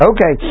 Okay